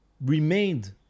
remained